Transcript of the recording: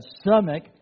stomach